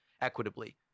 equitably